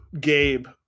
Gabe